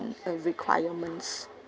and uh requirements